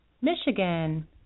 Michigan